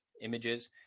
images